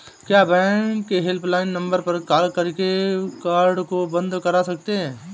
क्या बैंक के helpline number पर कॉल करके कार्ड को बंद करा सकते हैं?